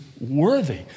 worthy